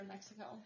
Mexico